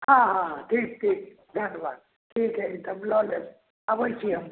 हँ हँ हँ ठीक ठीक धन्यवाद ठीक अइ तब लऽ लेब अबै छी हम